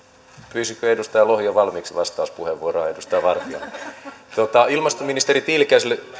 pyysikö edustaja lohi jo valmiiksi vastauspuheenvuoroa edustaja vartialle ilmastoministeri tiilikaiselle